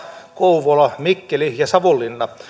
kouvolan mikkelin ja savonlinnan